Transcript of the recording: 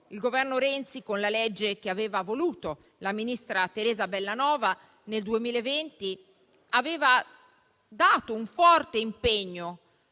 Il Governo Renzi, con la legge che aveva voluto la ministra Teresa Bellanova nel 2020, aveva dato un forte impegno